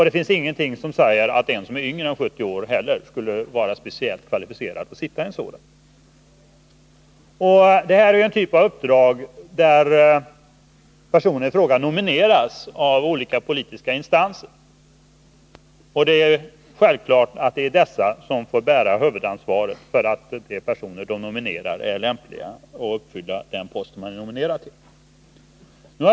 Det finns inte heller någonting som säger att en person som är yngre än 70 år skulle vara speciellt kvalificerad för att sitta i motsvarande nämnd. Det gäller här en typ av uppdrag där personen i fråga nomineras av olika politiska instanser. Det är självfallet dessa som får bära huvudansvaret för att de personer som nomineras är lämpliga att inneha de poster de-är nominerade till.